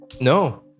No